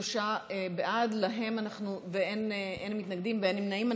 שלושה בעד, אין מתנגדים, אין נמנעים.